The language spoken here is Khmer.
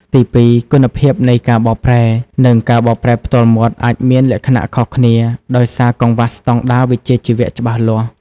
ទីពីរ គុណភាពនៃការបកប្រែ និងការបកប្រែផ្ទាល់មាត់អាចមានលក្ខណៈខុសគ្នា ដោយសារកង្វះស្តង់ដារវិជ្ជាជីវៈច្បាស់លាស់។